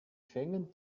schengen